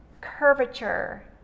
curvature